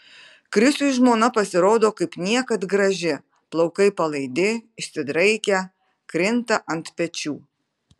krisiui žmona pasirodo kaip niekad graži plaukai palaidi išsidraikę krinta ant pečių